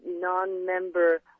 non-member